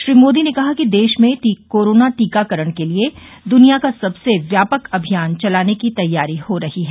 श्री मोदी ने कहा कि देश में कोरोना टीकाकरण के लिए दुनिया का सबसे व्यापक अभियान चलाने की तैयारी हो रही है